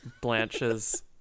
Blanche's